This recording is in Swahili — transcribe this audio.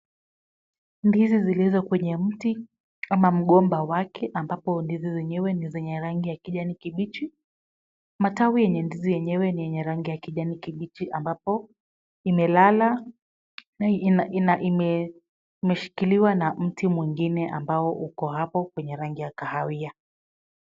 Ndizi zilizo kwenye mti ama mgomba wake, ambapo ndizi zenyewe ni zenye rangi ya kijani kibichi. Matawi yenye ndizi yenyewe ni yenye rangi ya kijani kibichi ambapo imelala na imeshikiliwa na mti mwingine ambao uko hapo kwenye rangi ya kahawia.